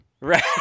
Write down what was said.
Right